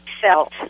felt